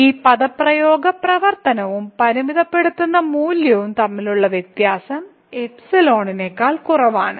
ഈ പദപ്രയോഗം പ്രവർത്തനവും പരിമിതപ്പെടുത്തുന്ന മൂല്യവും തമ്മിലുള്ള വ്യത്യാസം നേക്കാൾ കുറവാണ്